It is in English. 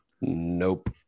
Nope